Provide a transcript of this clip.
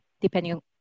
depending